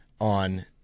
on